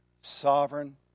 sovereign